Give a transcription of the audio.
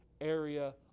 area